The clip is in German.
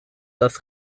das